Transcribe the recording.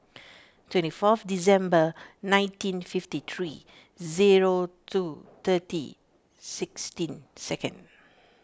twenty fourth December nineteen fifty three zero two thirty sixteen seconds